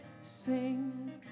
Sing